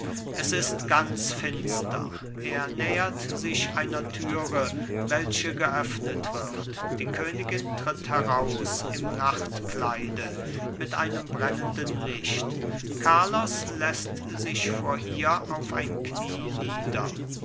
es ist ganz finster er nähert sich einer türe welche geöffnet wird die königin tritt heraus im nachtkleide mit einem brennenden licht carlos läßt sich vor ihr auf ein knie nieder